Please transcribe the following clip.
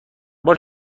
بار